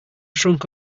trunk